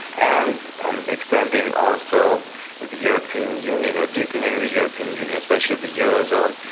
and and extending also the european union, or deepening the european union, especially the euro zone,